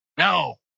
No